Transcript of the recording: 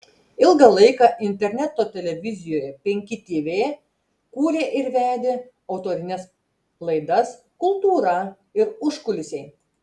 ilgą laiką interneto televizijoje penki tv kūrė ir vedė autorines laidas kultūra ir užkulisiai